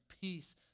peace